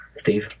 Steve